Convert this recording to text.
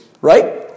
right